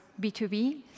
B2B